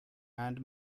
and